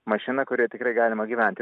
mašina kurioj tikrai galima gyventi